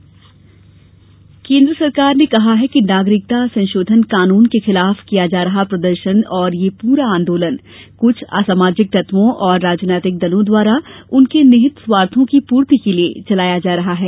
नागरिकता कानून केन्द्र सरकार ने कहा है कि नागरिकता संशोधन कानून के खिलाफ किया जा रहा प्रदर्शन और यह प्रा आंदोलन कुछ असामाजिक तत्वों और राजनीतिक दलों द्वारा उनके निहित स्वार्थों की पूर्ति के लिए चलाया जा रहा है